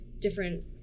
different